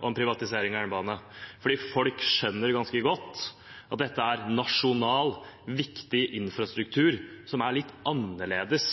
om privatisering av jernbane – folk skjønner ganske godt at dette er nasjonalt viktig infrastruktur som er litt annerledes